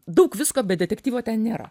daug visko bet detektyvo ten nėra